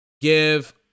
give